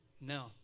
No